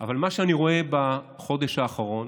אבל מה שאני רואה בחודש האחרון,